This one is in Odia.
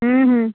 ହୁଁ ହୁଁ